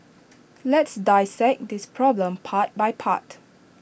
let's dissect this problem part by part